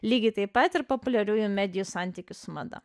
lygiai taip pat ir populiariųjų medijų santykis su mada